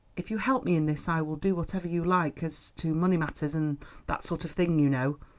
if you help me in this i will do whatever you like as to money matters and that sort of thing, you know.